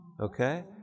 okay